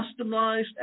customized